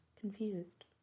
confused